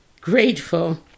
grateful